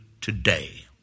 today